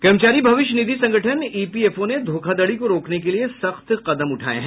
कर्मचारी भविष्य निधि संगठन ईपीएफओ ने धोखाधड़ी को रोकने के लिए सख्त कदम उठाये हैं